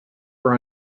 are